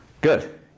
Good